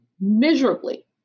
miserably